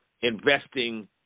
investing